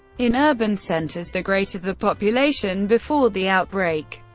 in urban centres, the greater the population before the outbreak,